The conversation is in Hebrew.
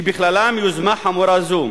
שבכללו יוזמה חמורה זו,